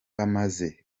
bamaze